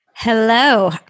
Hello